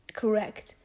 correct